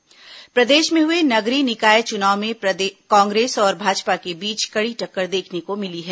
निकाय चुनाव परिणाम प्रदेश में हुए नगरीय निकाय चुनाव में कांग्रेस और भाजपा के बीच कड़ी टक्कर देखने को मिली है